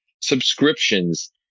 subscriptions